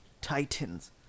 Titans